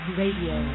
radio